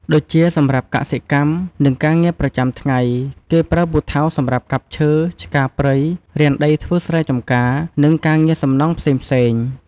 ដូចជាសម្រាប់កសិកម្ម និងការងារប្រចាំថ្ងៃ គេប្រើពូថៅសម្រាប់កាប់ឈើ ឆ្ការព្រៃ រានដីធ្វើស្រែចម្ការ និងការងារសំណង់ផ្សេងៗ។